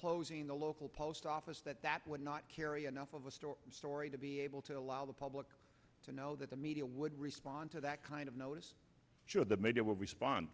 closing the local post office that that would not carry enough of a story story to be able to allow the public to know that the media would respond to that kind of notice should the media will respond